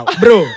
bro